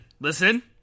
listen